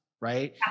right